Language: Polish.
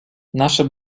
nasze